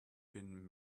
been